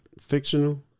Fictional